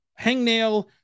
hangnail